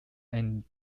and